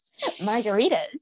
Margaritas